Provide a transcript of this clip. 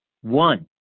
One